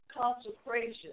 consecration